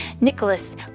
Nicholas